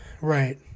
right